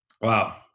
Wow